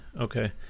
okay